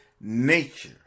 nature